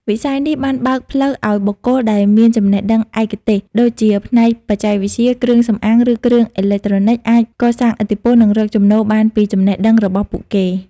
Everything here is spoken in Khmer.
វិស័យនេះបានបើកផ្លូវឱ្យបុគ្គលដែលមានចំណេះដឹងឯកទេស ដូចជាផ្នែកបច្ចេកវិទ្យា គ្រឿងសម្អាង ឬគ្រឿងអេឡិចត្រូនិច អាចកសាងឥទ្ធិពល និងរកចំណូលបានពីចំណេះដឹងរបស់ពួកគេ។